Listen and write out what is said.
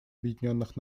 объединенных